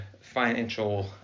financial